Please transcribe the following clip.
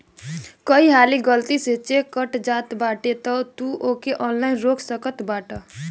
कई हाली गलती से चेक कट जात बाटे तअ तू ओके ऑनलाइन रोक सकत बाटअ